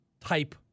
type